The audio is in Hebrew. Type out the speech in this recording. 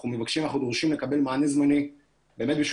אנחנו מבקשים ודורשים לקבל מענה זמני באמת בשביל